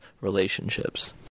relationships